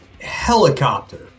helicopter